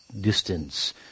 distance